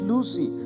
Lucy